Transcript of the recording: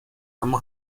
اما